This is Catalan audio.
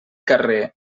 carrer